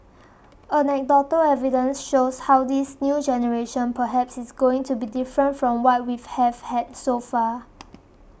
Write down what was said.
anecdotal evidence shows how this new generation perhaps is going to be different from what we have had so far